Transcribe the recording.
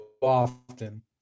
often